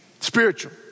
Spiritual